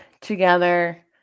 together